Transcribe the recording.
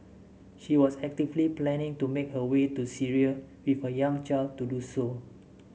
she was actively planning to make her way to Syria with her young child to do so